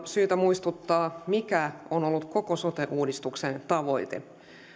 syytä muistuttaa mikä on ollut koko sote uudistuksen tavoite